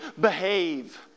behave